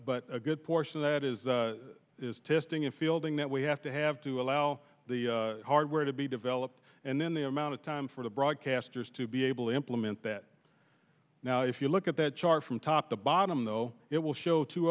but a good portion of that is testing and fielding that we have to have to allow the hardware to be developed and then the amount of time for the broadcasters to be able to implement that now if you look at that chart from top to bottom though it will show t